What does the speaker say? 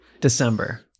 December